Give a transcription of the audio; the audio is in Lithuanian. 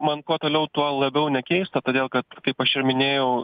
man kuo toliau tuo labiau ne keista todėl kad kaip aš ir minėjau